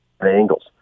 Angles